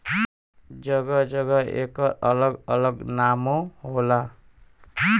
जगह जगह एकर अलग अलग नामो होला